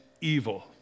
evil